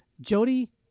Jody